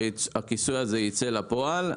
שהכיסוי הזה ייצא לפועל,